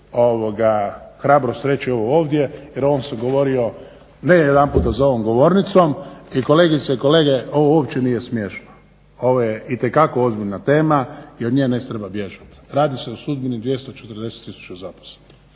hrabrosti reći ovo ovdje jer o ovom se govorio ne jedanput za ovom govornicom i kolegice i kolege ovo uopće nije smiješno. Ovo je itekako ozbiljna tema i od nje ne treba bježati. Radi se o sudbini 240 tisuća